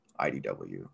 IDW